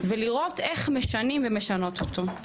ולראות איך אנחנו משנים ומשנות אותו.